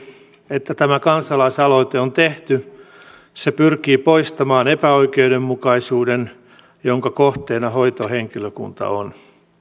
että tämä kansalaisaloite on tehty se pyrkii poistamaan epäoikeudenmukaisuuden jonka kohteena hoitohenkilökunta on